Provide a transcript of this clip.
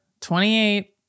28